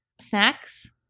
Snacks